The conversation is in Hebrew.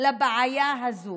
לבעיה הזו.